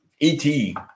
ET